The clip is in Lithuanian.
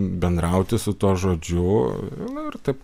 bendrauti su tuo žodžiu nu ir taip